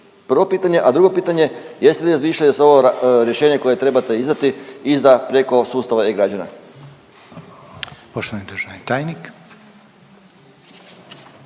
Prvo pitanje, a drugo pitanje jeste li razmišljali da se ovo rješenje koje trebate izdati, izda preko sustava e-građana?